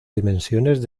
dimensiones